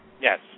Yes